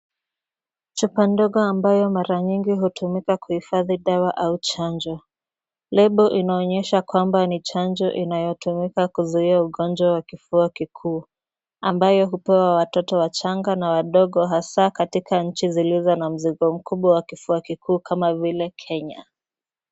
Chupa ndogo ambayo mara nyingi hutumika kuhifadhi dawa au chanjo. Lebo inaonyesha kwamba ni chanjo inayotumika kuzuia ugonjwa wa kifua kikuu ambayo hupewa watoto wachanga na wadogo hasa katika nchi zilizo na mzigo mkubwa wa kifua kikuu kama vile Kenya.